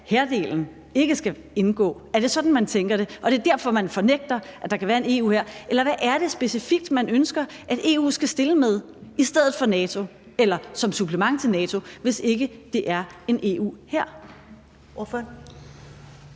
at hærdelen ikke skal indgå. Er det sådan, man tænker det? Er det derfor, man fornægter, at der kan være en EU-hær? Eller hvad er det specifikt, man ønsker at EU skal stille med i stedet for NATO eller som supplement til NATO, hvis ikke det er en EU-hær?